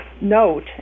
note